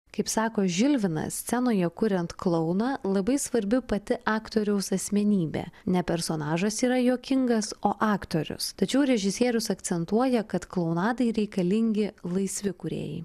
kaip sako žilvinas scenoje kuriant klouną labai svarbi pati aktoriaus asmenybė ne personažas yra juokingas o aktorius tačiau režisierius akcentuoja kad klounadai reikalingi laisvi kūrėjai